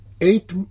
eight